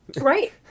Right